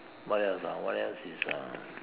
what else ah what else is uh